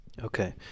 Okay